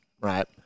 right